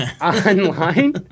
online